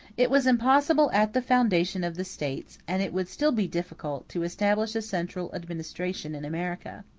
it was impossible at the foundation of the states, and it would still be difficult, to establish a central administration in america.